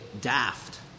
daft